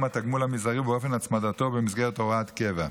התגמול המזערי ובאופן הצמדתו במסגרת הוראת קבע.